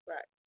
Right